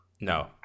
no